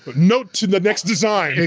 but note to the next design. yeah